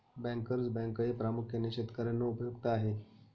bankers बँकही प्रामुख्याने शेतकर्यांना उपयुक्त आहे